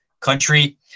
country